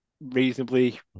reasonably